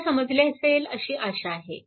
तुम्हाला समजले असेल अशी आशा आहे